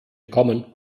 kommen